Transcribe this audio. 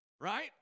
right